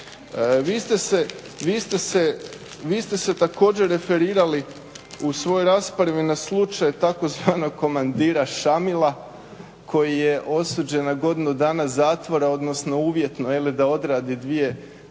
Vi ste se također referirali u svojoj raspravi na slučaj tzv. "komandira Šamila" koji je osuđen na godinu dana zatvora, odnosno uvjetno jel' da odradi dvije